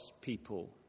people